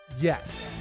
Yes